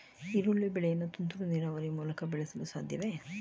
ಈರುಳ್ಳಿ ಬೆಳೆಯನ್ನು ತುಂತುರು ನೀರಾವರಿ ಮೂಲಕ ಬೆಳೆಸಲು ಸಾಧ್ಯವೇ?